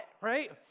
right